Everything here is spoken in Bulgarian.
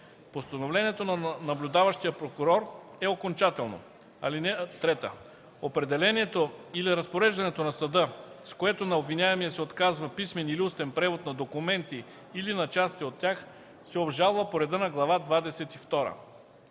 Постановлението на наблюдаващия прокурор е окончателно. (3) Определението или разпореждането на съда, с което на обвиняемия се отказва писмен или устен превод на документи или на части от тях, се обжалва по реда на Глава